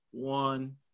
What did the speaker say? one